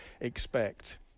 expect